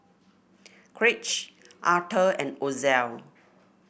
Craig Arthur and Ozell